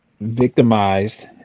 Victimized